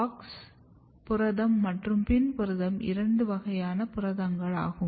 AUX புரதம் மற்றும் PIN புரதம் இரண்டு வகையான புரதங்களாகும்